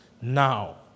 Now